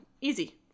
Easy